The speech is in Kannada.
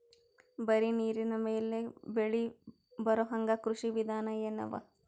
ಬರೀ ನೀರಿನ ಮೇಲೆ ಬೆಳಿ ಬರೊಹಂಗ ಕೃಷಿ ವಿಧಾನ ಎನವ?